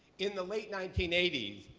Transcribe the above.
in the late nineteen eighty